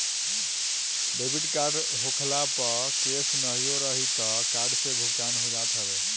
debit card होखला पअ cash नाहियो रही तअ कार्ड से भुगतान हो जात हवे